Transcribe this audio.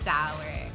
sour